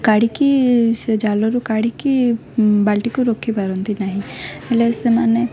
କାଢ଼ିକି ସେ ଜାଲରୁ କାଢ଼ିକି ବାଲ୍ଟିକୁ ରଖିପାରନ୍ତି ନାହିଁ ହେଲେ ସେମାନେ